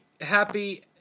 happy